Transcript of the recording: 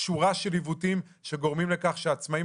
שורה של עיוותים שגורמים לכך שהעצמאים